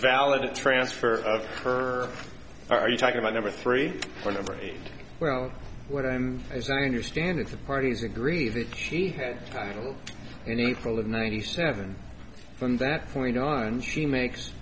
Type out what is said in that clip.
valid transfer of her are you talking about number three for number eight well what i am as i understand it the parties agree that she had title in april of ninety seven from that point on she makes